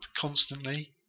constantly